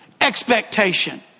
expectation